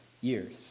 years